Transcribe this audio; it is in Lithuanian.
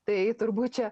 tai turbūt čia